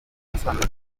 gisobanuro